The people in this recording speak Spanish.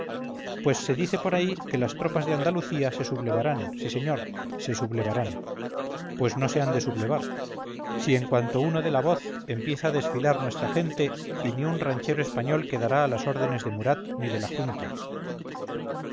pues se dice por ahí que las tropas de andalucía se sublevarán sí señor se sublevarán pues no se hande sublevar si en cuanto uno dé la voz empieza a desfilar nuestra gente y ni un ranchero español quedará a las órdenes de murat ni de la junta